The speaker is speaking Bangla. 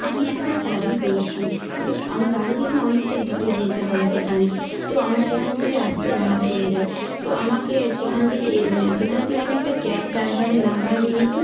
আমি একটা চাকরি পেয়েছি আমার বাড়ি থেকে অনেকটা দূরে যেতে হয় সেখানে তো আমার সেখান থেকে আসতে রাত হয়ে যায় তো আমাকে সেখান থেকে সেখান থেকে আমি একটা ক্যাব ড্রাইভারের নম্বর নিয়েছি